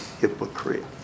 hypocrite